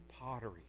pottery